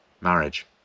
marriage